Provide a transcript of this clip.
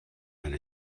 and